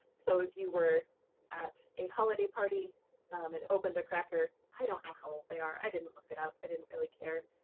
so, if you were at a holiday party um and opened a cracker i don't know how old they are, i didn't look it up, i didn't really care,